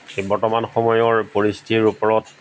বৰ্তমান সময়ৰ পৰিস্থিতিৰ ওপৰত